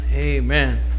amen